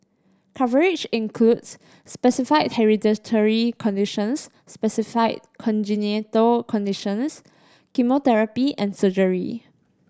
coverage includes specified hereditary conditions specified congenital conditions chemotherapy and surgery